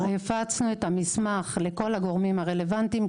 הפצנו את המסמך לכל הגורמים הרלוונטיים,